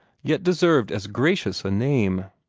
yet deserved as gracious a name.